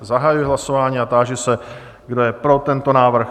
Zahajuji hlasování a táži se, kdo je pro tento návrh?